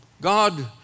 God